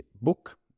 book